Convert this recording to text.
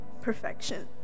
perfection